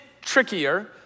trickier